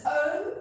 own